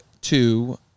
two